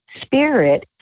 spirit